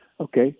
okay